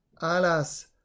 Alas